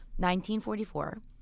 1944